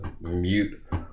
mute